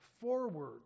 forward